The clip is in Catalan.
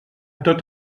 tot